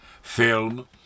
Film